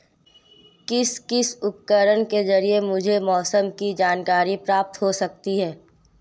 किस किस उपकरण के ज़रिए मुझे मौसम की जानकारी प्राप्त हो सकती है?